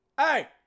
hey